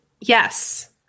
Yes